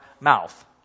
mouth